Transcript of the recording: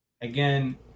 again